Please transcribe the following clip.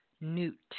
Newt